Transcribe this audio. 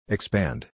Expand